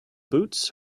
boots